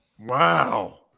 Wow